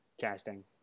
casting